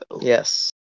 Yes